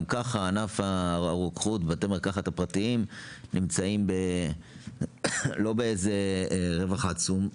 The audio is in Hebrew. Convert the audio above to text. ככה ענף הרוקחות ובתי המרקחת הפרטיים נמצאים לא ברווח עצום,